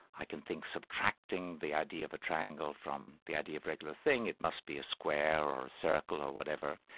i can think subtracting the idea of a triangle from the idea of regular thing, it must be a square, or a circle, or whatever,